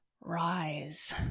rise